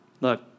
Look